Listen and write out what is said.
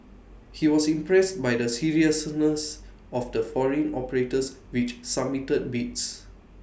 he was impressed by the seriousness of the foreign operators which submitted bids